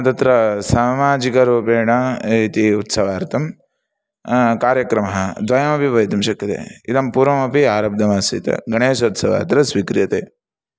तत्र सामाजिकरूपेण इति उत्सवार्थं कार्यक्रमः द्वयमपि भवितुं शक्यते इदं पूर्वमपि आरब्धमासीत् गणेशोत्सवः अत्र स्वीक्रियते